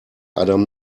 adam